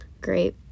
great